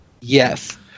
yes